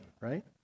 right